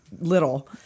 little